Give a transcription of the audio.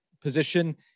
position